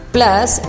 Plus